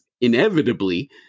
inevitably